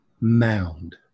mound